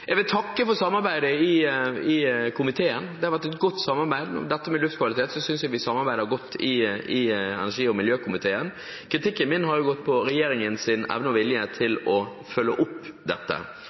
Jeg vil takke for samarbeidet i komiteen. Det har vært et godt samarbeid. Om dette med luftkvalitet synes jeg vi samarbeider godt i energi- og miljøkomiteen. Kritikken min har gått på regjeringens evne og vilje til å følge opp dette.